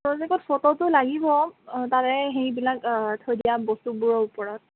ফটোতো লাগিব তাৰে সেইবিলাক থৈ দিয়া বস্তুবোৰৰ ওপৰত